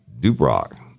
Dubrock